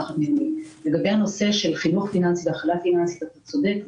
לגבי חינוך פיננסי אתה צודק,